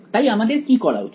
তাই আমাদের কি করা উচিত